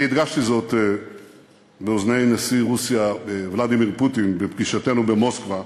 אני הדגשתי זאת באוזני נשיא רוסיה ולדימיר פוטין בפגישתנו במוסקבה.